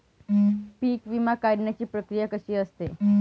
पीक विमा काढण्याची प्रक्रिया कशी असते?